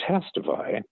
testify